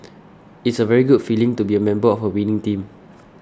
it's a very good feeling to be a member of a winning team